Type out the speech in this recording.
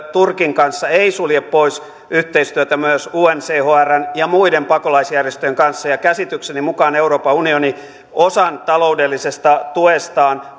turkin kanssa ei sulje pois yhteistyötä myös unhcrn ja muiden pakolaisjärjestöjen kanssa käsitykseni mukaan euroopan unioni suuntaa osan taloudellisesta tuestaan